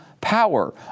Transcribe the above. Power